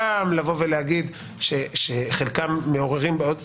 וגם לבוא ולהגיד שחלקם מעוררים בעיות.